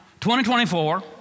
2024